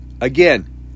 Again